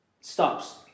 stops